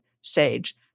sage